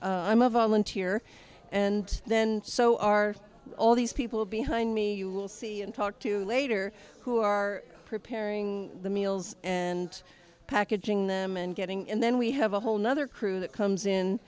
i'm a volunteer and then so are all these people behind me you will see and talk to later who are preparing the meals and packaging them and getting in then we have a whole nother crew that comes in